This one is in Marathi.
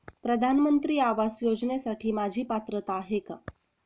प्रधानमंत्री आवास योजनेसाठी माझी पात्रता आहे का?